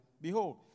behold